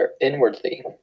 inwardly